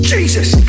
Jesus